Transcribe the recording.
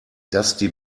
dusty